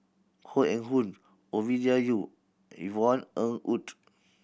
Koh Eng Hoon Ovidia Yu Yvonne Ng Uhde